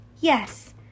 yes